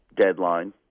deadline